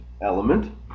element